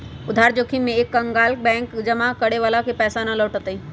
उधार जोखिम में एक कंकगाल बैंक जमा करे वाला के पैसा ना लौटय तय